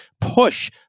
push